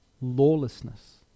lawlessness